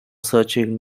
searching